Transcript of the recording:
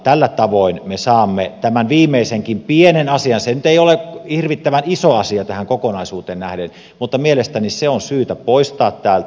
tällä tavoin me saamme tämän viimeisenkin pienen asian poistettua se nyt ei ole hirvittävän iso asia tähän kokonaisuuteen nähden mutta mielestäni se on syytä poistaa täältä